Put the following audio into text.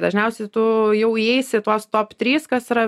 dažniausiai tu jau įeisi į tuos top trys kas yra